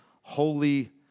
holy